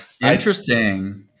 Interesting